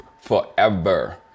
forever